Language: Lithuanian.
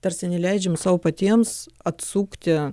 tarsi neleidžiam sau patiems atsukti